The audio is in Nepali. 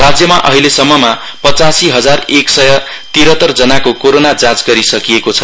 राज्यमा अहिलेसम्ममा पचासी हजार एक सय तीरतरजनाको कोरोना जाँच गरिसकिएको छ